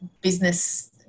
business